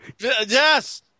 Yes